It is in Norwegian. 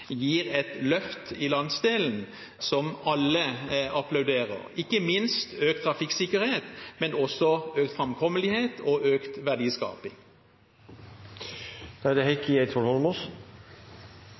gir et løft i landsdelen som alle applauderer – ikke minst gir det økt trafikksikkerhet, men også økt framkommelighet og økt verdiskaping.